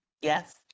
Yes